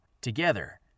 Together